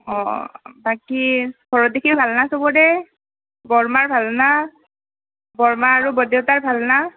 অঁ বাকী ঘৰৰ দিশে ভালনা সবৰে বৰমাৰ ভাল না বৰমা আৰু বৰদেউতাৰ ভাল না